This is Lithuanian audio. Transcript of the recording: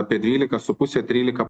apie dvylika su puse trylika